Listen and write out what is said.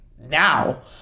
now